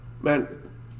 man